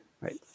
right